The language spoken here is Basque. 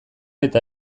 eta